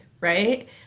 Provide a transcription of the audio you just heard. right